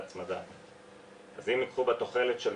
בהצלחה בתפקידך.